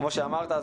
כמו שאמרת,